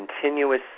continuous